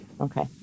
Okay